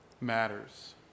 matters